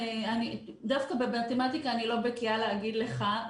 דווקא במתמטיקה אני לא בקיאה להגיד לך.